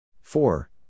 four